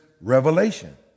revelation